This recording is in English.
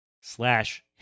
slash